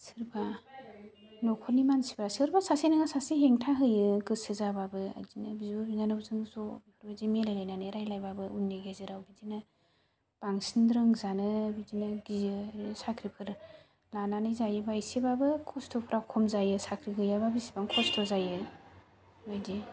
सोरबा न'खरनि मानसिफोरा सोरबा सासे नङा सासे हेंथा होयो गोसो जाबाबो बिदिनो बिब' बिनानावजों ज' बेफोरबायदिनो मिलाय लायनानै रायज्लायबाबो उननि गेजेराव बिदिनो बांसिन रोंजानो बिदिनो गियो ओरै साख्रिफोर लानानै जायोबा एसेबाबो खस्त'फ्रा खम जायो साख्रि गैयाबा बिसिबां खस्त' जायो बिदि